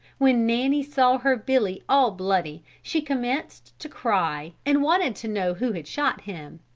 when nanny saw her billy all bloody she commenced to cry and wanted to know who had shot him.